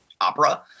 opera